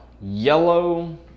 yellow